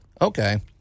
Okay